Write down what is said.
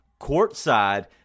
courtside